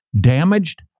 damaged